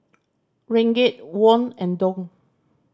Ringgit Won and Dong